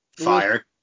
Fire